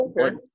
Okay